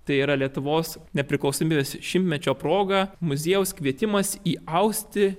tai yra lietuvos nepriklausomybės šimtmečio proga muziejaus kvietimas įausti